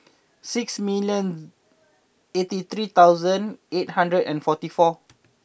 six million eighty three thousand eight hundred and forty four